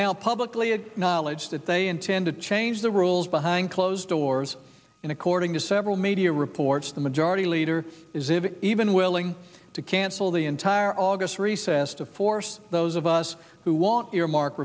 now publicly acknowledged that they intend to change the rules behind closed doors and according to several media reports the majority leader is if even willing to cancel the entire august recess to force those of us who want earmark